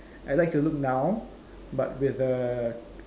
I like to look now but with the